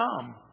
come